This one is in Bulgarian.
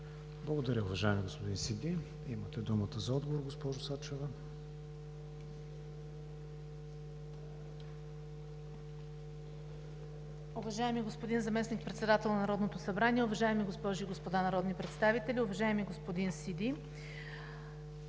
Благодаря, уважаеми господин Сиди. Имате думата за отговор, госпожо Сачева. МИНИСТЪР ДЕНИЦА САЧЕВА: Уважаеми господин Заместник-председател на Народното събрание, уважаеми госпожи и господа народни представители! Уважаеми господин Сиди,